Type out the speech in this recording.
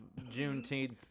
Juneteenth